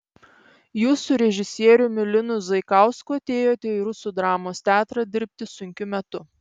jūs su režisieriumi linu zaikausku atėjote į rusų dramos teatrą dirbti sunkiu metu